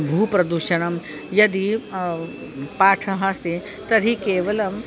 भूप्रदूषणं यदि पाठः अस्ति तर्हि केवलम्